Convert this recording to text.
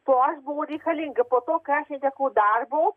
tol aš buvau reikalinga po to kai aš netekau darbo